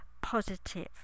positive